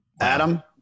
Adam